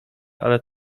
ale